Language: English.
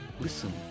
Listen